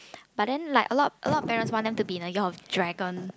but then like a lot a lot parents want them to be in the year of dragon